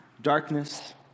darkness